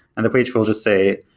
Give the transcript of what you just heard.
and the page will just say,